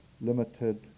limited